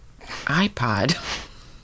iPod